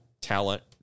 talent